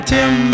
Tim